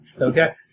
Okay